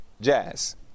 jazz